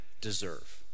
deserve